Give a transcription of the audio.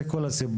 זה כל הסיפור,